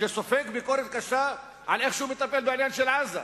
שסופג ביקורת קשה על איך שהוא מטפל בעניין של עזה,